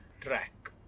track